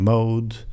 Mode